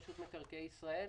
רשות מקרקעי ישראל,